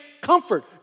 comfort